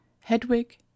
hedwig